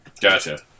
Gotcha